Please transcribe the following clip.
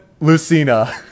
Lucina